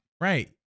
Right